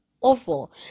awful